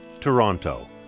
Toronto